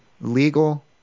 legal